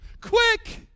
Quick